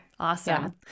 Awesome